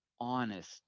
honest